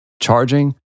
charging